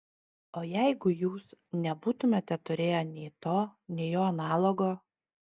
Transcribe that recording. o jeigu jūs nebūtumėte turėję nei to nei jo analogo